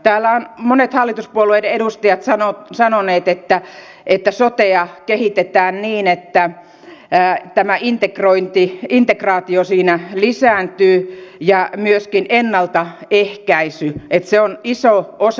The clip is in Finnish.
täällä ovat monet hallituspuolueiden edustajat sanoneet että sotea kehitetään niin että tämä integraatio ja myöskin ennaltaehkäisy siinä lisääntyy että se on iso osa tätä perusterveydenhuoltoa